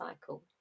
cycle